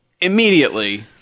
immediately